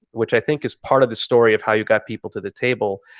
which i think is part of the story of how you got people to the table.